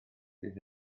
fydd